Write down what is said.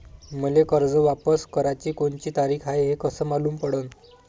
मले कर्ज वापस कराची कोनची तारीख हाय हे कस मालूम पडनं?